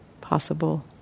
possible